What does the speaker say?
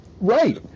right